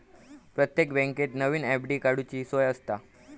प्रत्येक बँकेत नवीन एफ.डी काडूची सोय आसता